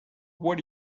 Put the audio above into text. what